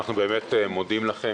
אנחנו מודים לכם,